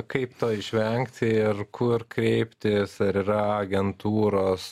kaip to išvengti ir kur kreiptis ar yra agentūros